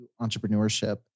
entrepreneurship